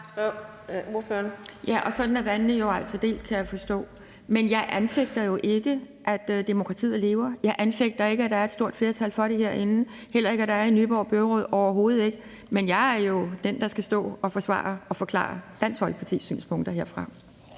Ja, og sådan skilles vandene jo altså, kan jeg forstå. Men jeg anfægter jo ikke, at demokratiet lever; jeg anfægter ikke, at der er et stort flertal for det herinde, heller ikke, at der er det i Nyborg Byråd – overhovedet ikke. Men jeg er jo den, der skal stå og forsvare og forklare Dansk Folkepartis synspunkter heroppefra.